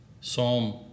Psalm